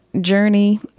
journey